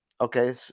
Okay